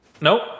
Nope